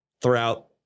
throughout